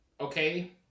Okay